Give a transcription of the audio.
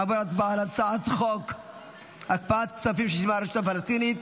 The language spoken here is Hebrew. נעבור להצבעה על הצעת חוק הקפאת כספים ששילמה הרשות הפלסטינית